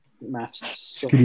maths